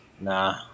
Nah